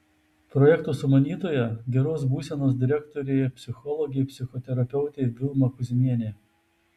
projekto sumanytoja geros būsenos direktorė psichologė psichoterapeutė vilma kuzmienė